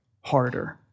harder